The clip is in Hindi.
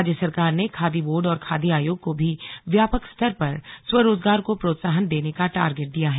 राज्य सरकार ने खादी बोर्ड और खादी आयोग को भी व्यापक स्तर पर स्वरोजगार को प्रोत्साहन देने का टारगेट दिया है